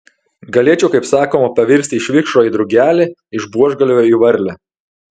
galėčiau kaip sakoma pavirsti iš vikšro į drugelį iš buožgalvio į varlę